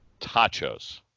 Tachos